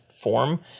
form